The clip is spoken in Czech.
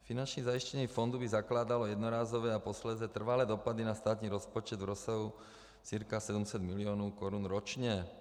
Finanční zajištění fondu by zakládalo jednorázové a posléze trvalé dopady na státní rozpočet v rozsahu cca 700 milionů korun ročně.